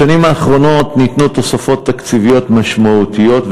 בשנים האחרונות ניתנו תוספות תקציביות משמעותיות,